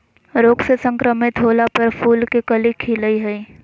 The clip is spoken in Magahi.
रोग से संक्रमित होला पर फूल के कली खिलई हई